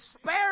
spare